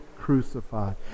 crucified